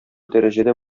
дәрәҗәдә